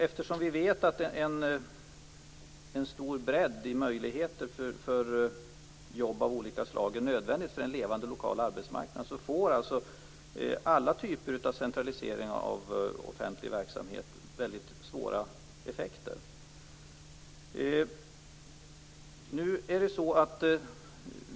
Eftersom vi vet att en stor bredd av möjligheter till jobb av olika slag är nödvändig för en levande lokal arbetsmarknad får alla typer av centralisering av offentlig verksamhet mycket svåra effekter.